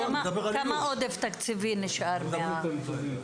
כמה עודף תקציבי נשאר מה-31?